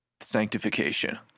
sanctification